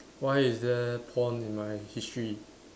why is there porn in my history